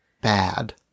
bad